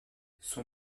son